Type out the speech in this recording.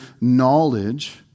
knowledge